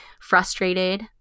frustrated